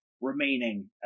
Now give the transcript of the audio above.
remaining